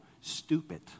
stupid